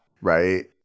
right